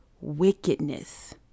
Wickedness